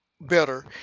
better